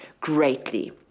greatly